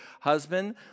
husband